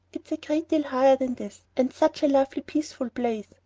it is a great deal higher than this, and such a lovely peaceful place.